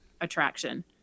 attraction